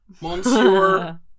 Monsieur